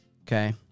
Okay